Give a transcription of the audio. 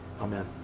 Amen